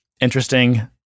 interesting